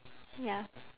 ya